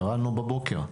קראנו בבוקר.